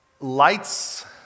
Lights